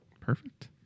Perfect